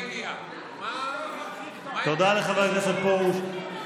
תודה לחבר הכנסת פרוש.